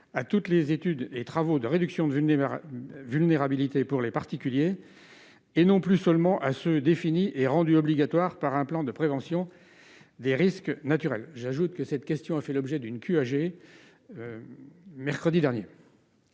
à l'ensemble des études et travaux de réduction de vulnérabilité pour les particuliers, et non plus seulement à ceux qui sont définis et rendus obligatoires par un plan de prévention des risques naturels. J'ajoute que le sujet a fait l'objet d'une question